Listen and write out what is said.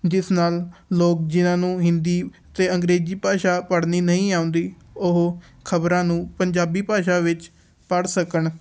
ਜਿਸ ਨਾਲ ਲੋਕ ਜਿਨ੍ਹਾਂ ਨੂੰ ਹਿੰਦੀ ਅਤੇ ਅੰਗਰੇਜ਼ੀ ਭਾਸ਼ਾ ਪੜ੍ਹਨੀ ਨਹੀਂ ਆਉਂਦੀ ਉਹ ਖਬਰਾਂ ਨੂੰ ਪੰਜਾਬੀ ਭਾਸ਼ਾ ਵਿੱਚ ਪੜ੍ਹ ਸਕਣ